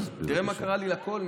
תראה מה קרה לי לקול.